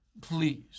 Please